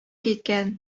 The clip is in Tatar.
киткән